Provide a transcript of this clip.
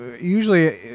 usually